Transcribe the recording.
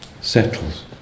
settles